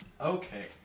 Okay